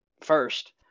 first